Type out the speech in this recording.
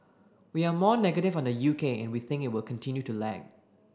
we are more negative on the UK and we think it will continue to lag